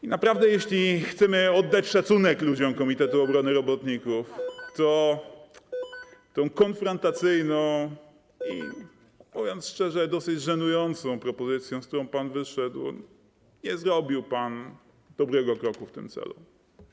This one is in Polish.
I naprawdę, jeśli chcemy oddać szacunek ludziom Komitetu Obrony Robotników, to tę konfrontacyjną i, mówiąc szczerze, dosyć żenującą propozycją, z którą pan wyszedł, nie zrobił pan kroku w dobrym kierunku.